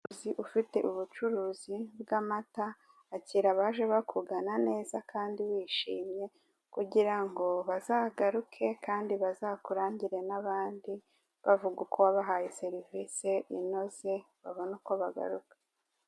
Umuyobozi ufite ubucuruzi bw'amata. Akira abaje bakugana neza kandi wishimye, kugira ngo bazagaruke kandi bazakurangire n'abandi, bavuga uko wabahaye serivisi inoze, babona uko bagaruka.